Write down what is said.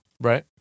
Right